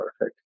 perfect